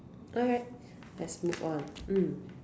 alright let's move on mm